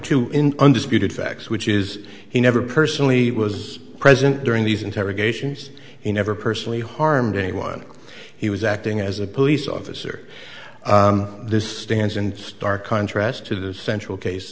two in undisputed facts which is he never personally was present during these interrogations he never personally harmed anyone he was acting as a police officer this stands in stark contrast to the central case